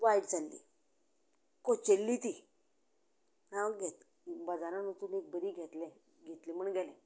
वायट जाल्ली कोचिल्ली ती हांव बाजारांत वचून एक बरी घेतलें म्हण गेलें